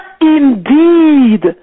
indeed